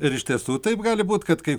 ir iš tiesų taip gali būt kad kai